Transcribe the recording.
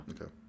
Okay